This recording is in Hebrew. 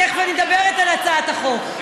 תכף אני מדברת על הצעת החוק.